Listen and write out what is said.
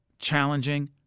challenging